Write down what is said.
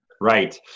Right